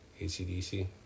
ACDC